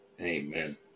Amen